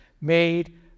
made